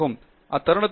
பேராசிரியர் அருண் கே